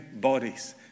bodies